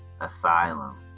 Asylum